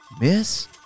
miss